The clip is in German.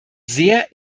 sehr